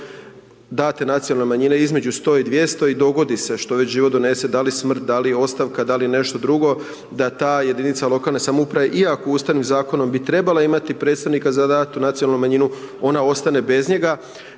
date nacionalne manjine između 100 i 200 i dogodi se što već život donese, da li smrt, da li ostavka, da li nešto drugo da ta jedinica lokalne samouprave iako ustavnim zakonom bi trebala imati predstavnika za .../Govornik se ne razumije./... nacionalnu manjina ona ostane bez njega.